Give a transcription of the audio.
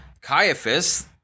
Caiaphas